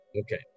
Okay